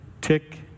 tick